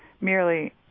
merely